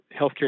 healthcare